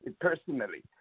personally